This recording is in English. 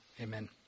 Amen